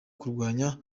kurwanya